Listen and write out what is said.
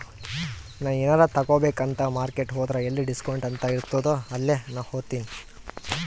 ನಾ ಎನಾರೇ ತಗೋಬೇಕ್ ಅಂತ್ ಮಾರ್ಕೆಟ್ ಹೋದ್ರ ಎಲ್ಲಿ ಡಿಸ್ಕೌಂಟ್ ಅಂತ್ ಇರ್ತುದ್ ಅಲ್ಲೇ ಹೋತಿನಿ